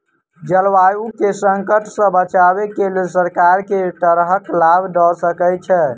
जलवायु केँ संकट सऽ बचाबै केँ लेल सरकार केँ तरहक लाभ दऽ रहल छै?